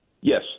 yes